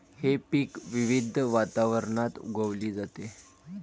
हे पीक विविध वातावरणात उगवली जाते